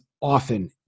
often